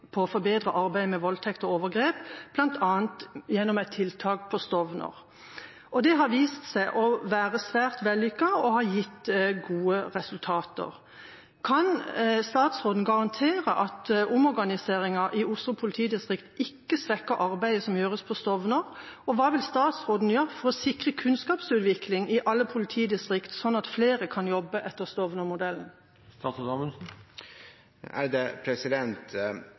å forbedre arbeidet med voldtekts- og overgrepssaker bl.a. gjennom et tiltak på Stovner. Det har vist seg å være svært vellykket og har gitt gode resultater. Kan statsråden garantere at omorganiseringen i Oslo politidistrikt ikke svekker arbeidet som gjøres på Stovner? Og hva vil statsråden gjøre for å sikre kunnskapsutvikling i alle politidistrikter, slik at flere kan jobbe etter